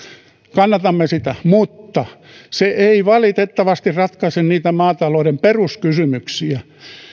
kannatamme sitä mutta se ei valitettavasti ratkaise niitä maatalouden peruskysymyksiä